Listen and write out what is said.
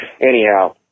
Anyhow